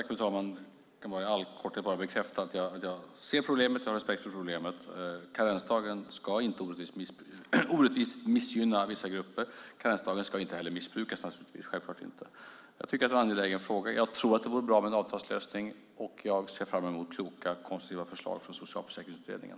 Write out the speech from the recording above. Fru talman! Jag kan bara i all korthet bekräfta att jag ser problemet och har respekt för det. Karensdagen ska inte orättvist missgynna vissa grupper. Den ska naturligtvis inte heller missbrukas. Jag tycker att det är en angelägen fråga. Jag tror att det vore bra med en avtalslösning, och jag ser fram emot kloka och konstruktiva förslag från Socialförsäkringsutredningen.